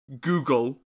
Google